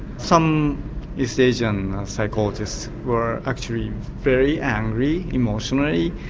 some east asian psychologists were actually very angry emotionally,